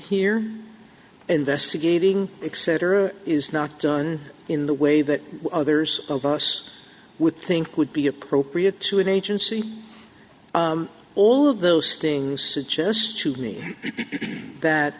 here investigating except or is not done in the way that others of us would think would be appropriate to an agency all of those things suggest to me that